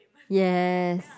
yes